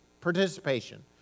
participation